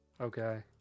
Okay